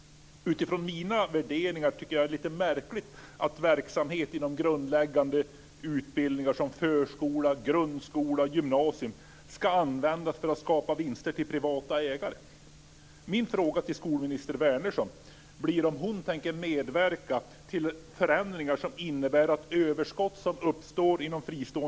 Utifrån mina värderingar tycker jag att det är lite märkligt att verksamhet inom grundläggande utbildningar som förskola, grundskola och gymnasium ska användas för att skapa vinster åt privata ägare.